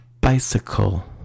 Bicycle